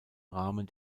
rahmen